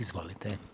Izvolite.